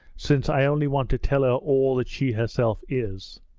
since i only want to tell her all that she herself is?